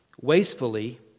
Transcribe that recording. wastefully